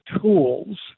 tools